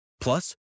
Plus